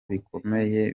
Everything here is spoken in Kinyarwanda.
bikomeye